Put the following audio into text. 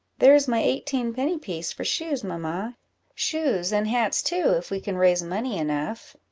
there is my eighteen-penny piece for shoes, mamma shoes, and hats too, if we can raise money enough.